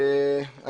אני